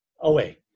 away